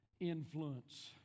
influence